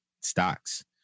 stocks